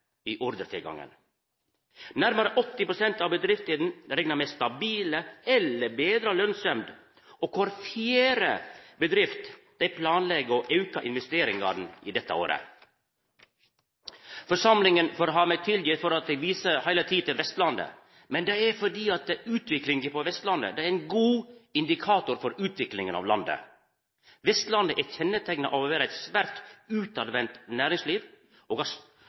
i ordretilgangen. Nærmare 80 pst. av bedriftene reknar med stabil eller betra lønnsemd, og kvar fjerde bedrift planlegg å auka investeringane dette året. Forsamlinga får ha meg tilgitt for at eg heile tida viser til Vestlandet, men det er fordi utviklinga på Vestlandet er ein god indikator for utviklinga i landet. Vestlandet er kjenneteikna av å ha eit svært utovervendt næringsliv, og